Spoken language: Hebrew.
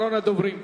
אחרון הדוברים.